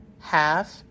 half